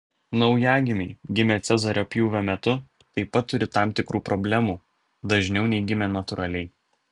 naujagimiai gimę cezario pjūvio metu taip pat turi tam tikrų problemų dažniau nei gimę natūraliai